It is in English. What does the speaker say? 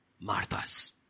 Marthas